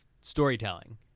storytelling